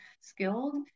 skilled